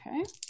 Okay